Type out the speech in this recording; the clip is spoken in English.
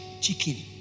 chicken